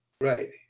Right